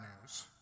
news